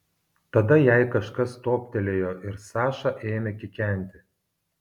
tada jai kažkas toptelėjo ir saša ėmė kikenti